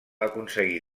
aconseguir